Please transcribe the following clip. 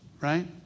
right